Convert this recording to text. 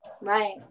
Right